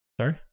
Sorry